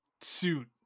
suit